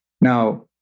Now